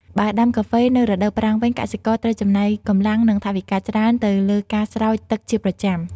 បើដាំកាហ្វេ នៅរដូវប្រាំងវិញ កសិករត្រូវចំណាយកម្លាំង និងថវិកាច្រើនទៅលើការស្រោចទឹកជាប្រចាំ។